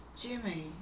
Jimmy